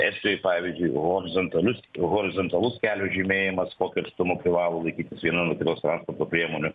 estijoj pavyzdžiui horizontalus horizontalus kelio žymėjimas kokiu atstumu privalo laikytis viena nuo kitos transporto priemonių